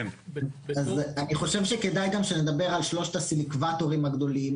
אז אני חושב שכדאי גם שנדבר על שלושת הסילקווטורים הגדולים.